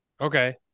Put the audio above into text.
Okay